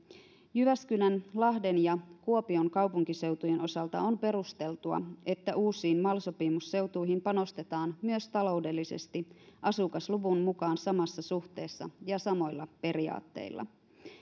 jyväskylän lahden ja kuopion kaupunkiseutujen osalta on perusteltua että uusiin mal sopimusseutuihin panostetaan myös taloudellisesti asukasluvun mukaan samassa suhteessa ja samoilla periaatteilla